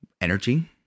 Energy